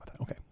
Okay